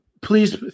Please